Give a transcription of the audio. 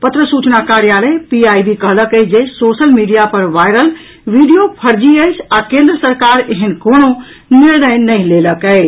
पत्र सूचना कार्यालय पीआईबी कहलक अछि जे सोशल मीडिया पर वायरल वीडियो फर्जी अछि आ केन्द्र सरकार एहेन कोनो निर्णय नहि लेलक अछि